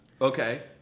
Okay